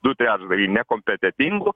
du trečdaliai nekompetentingų